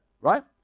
right